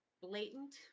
blatant